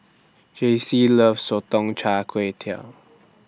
Jaycee loves Sotong Char Kway